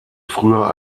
früher